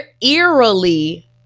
eerily